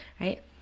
right